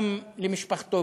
גם למשפחתו.